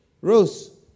Rose